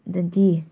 ꯗꯗꯤ